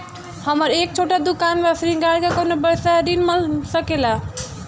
हमर एक छोटा दुकान बा श्रृंगार के कौनो व्यवसाय ऋण मिल सके ला?